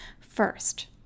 First